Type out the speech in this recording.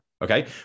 Okay